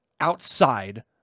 outside